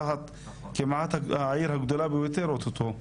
רהט כמעט העיר הגדולה ביותר אוטו טו.